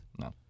No